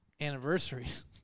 anniversaries